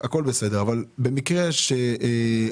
הכול בסדר, אבל במקרה שחלילה